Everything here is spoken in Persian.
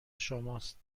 شماست